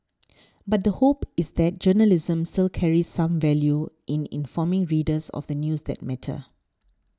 but the hope is that journalism still carries some value in informing readers of the news that matter